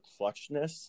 clutchness